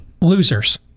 Losers